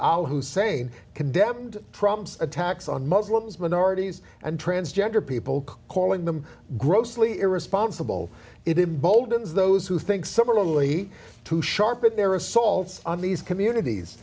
zayid hussein condemned problems attacks on muslims minorities and transgender people calling them grossly irresponsible it is bolden those who think similarly to sharpen their assaults on these communities